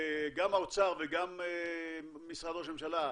גם האוצר וגם משרד ראש הממשלה,